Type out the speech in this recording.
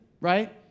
right